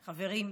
חברים,